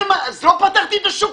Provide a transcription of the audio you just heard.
לא פתחתי את השוק.